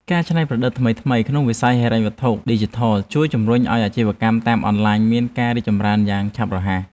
ការច្នៃប្រឌិតថ្មីៗក្នុងវិស័យហិរញ្ញវត្ថុឌីជីថលជួយជំរុញឱ្យអាជីវកម្មតាមអនឡាញមានការរីកចម្រើនយ៉ាងឆាប់រហ័ស។